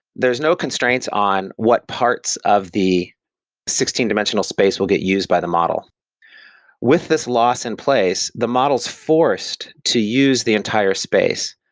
there's no constraints on what parts of the sixteen dimensional space will get used by the model with this loss in place, the model is forced to use the entire space,